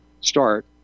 start